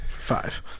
Five